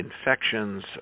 infections